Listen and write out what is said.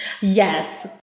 Yes